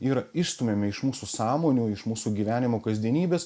yra išstumiami iš mūsų sąmonių iš mūsų gyvenimo kasdienybės